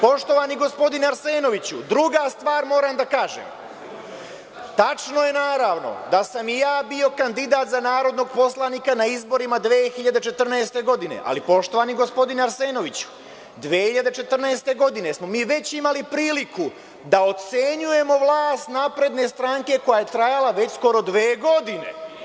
Poštovani gospodine Arsenoviću, druga stvar koju moram da kažem, tačno je, naravno, da sam i ja bio kandidat za narodnog poslanika na izborima 2014. godine, ali, poštovani gospodine Arsenoviću, 2014. godine smo mi već imali priliku da ocenjujemo vlast Srpske napredne stranke koja je trajala već skoro dve godine.